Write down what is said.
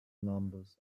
numbers